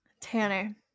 Tanner